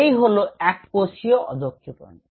তো এই হল এক কোষীয় অধঃক্ষেপণ